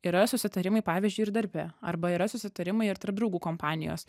yra susitarimai pavyzdžiui ir darbe arba yra susitarimai ir tarp draugų kompanijos